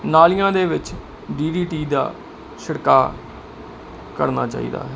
ਨਾਲੀਆਂ ਦੇ ਵਿੱਚ ਡੀਡੀਟੀ ਦਾ ਛੜਕਾ ਕਰਨਾ ਚਾਹੀਦਾ ਹੈ